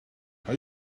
have